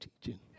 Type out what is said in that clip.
teaching